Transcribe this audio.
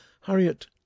Harriet